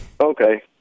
Okay